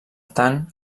tant